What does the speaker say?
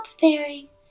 fairy